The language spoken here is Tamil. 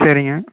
சரிங்க